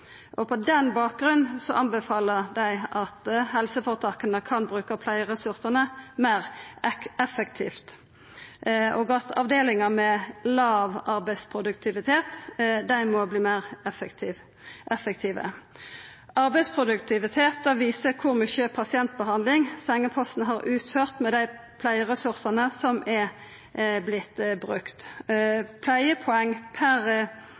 og på den bakgrunn anbefaler dei at helseføretaka kan bruka pleieressursane meir effektivt, og at avdelingar med låg arbeidsproduktivitet må verta meir effektive. Arbeidsproduktivitet viser kor mykje pasientbehandling sengeposten har utført med dei pleieressursane som er vorte brukte. «Pleiepoeng per vakttime» er brukt